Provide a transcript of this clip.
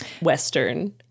Western